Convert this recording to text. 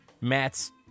Matt's